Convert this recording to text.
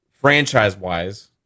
franchise-wise